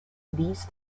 these